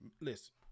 listen